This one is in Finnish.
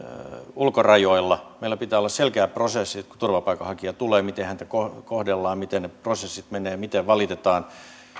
ulkorajoilla meillä pitää olla selkeä prosessi kun turvapaikanhakija tulee miten häntä kohdellaan miten prosessit menevät miten valitetaan